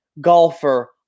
golfer